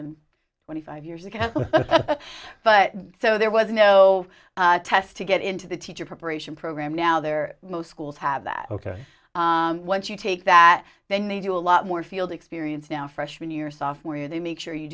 can twenty five years ago but so there was no test to get into the teacher preparation program now there most schools have that ok once you take that they need you a lot more field experience now freshman year sophomore year they make sure you